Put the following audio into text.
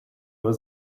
nur